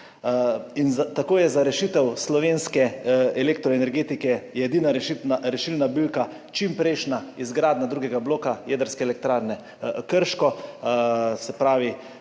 Tako je za rešitev slovenske elektroenergetike edina rešilna bilka čimprejšnja izgradnja drugega bloka jedrske elektrarne Krško moči